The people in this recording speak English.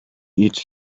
eat